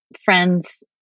friends